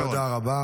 תודה רבה.